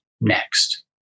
next